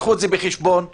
תביאו את זה בחשבון כלשכה,